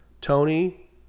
Tony